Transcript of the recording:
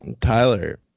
Tyler